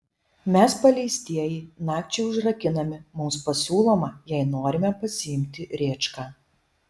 mes paleistieji nakčiai užrakinami mums pasiūloma jei norime pasiimti rėčką